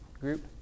group